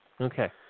Okay